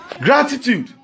Gratitude